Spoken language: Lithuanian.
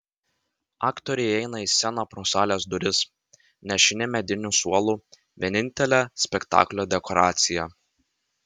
aktoriai įeina į sceną pro salės duris nešini mediniu suolu vienintele spektaklio dekoracija